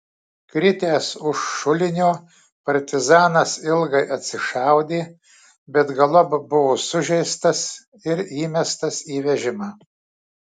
kritęs už šulinio partizanas ilgai atsišaudė bet galop buvo sužeistas ir įmestas į vežimą